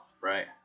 Right